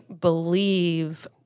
believe